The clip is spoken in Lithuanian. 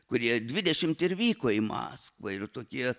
kurie dvidešimt ir vyko į maskvą ir tokie